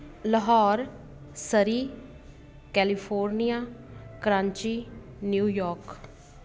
Lahore Surrey California Karachi New York